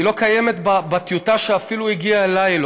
היא אפילו לא קיימת בטיוטה שהגיעה אלי.